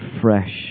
fresh